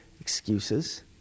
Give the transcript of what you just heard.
excuses